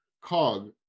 cog